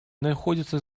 находятся